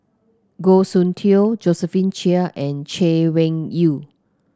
Goh Soon Tioe Josephine Chia and Chay Weng Yew